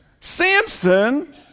Samson